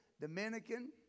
Dominican